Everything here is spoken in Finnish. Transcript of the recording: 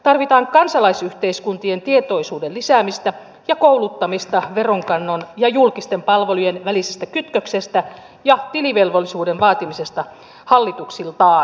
tarvitaan kansalaisyhteiskuntien tietoisuuden lisäämistä ja kouluttamista veronkannon ja julkisten palvelujen välisestä kytköksestä ja tilivelvollisuuden vaatimisesta hallituksiltaan